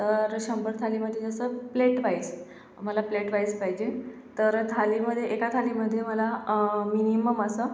तर शंभर थाळीमध्ये जसं प्लेटवाईज मला प्लेटवाईज पाहिजे तर थाळीमध्ये एका थाळीमध्ये मला मिनिमम असं